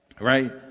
Right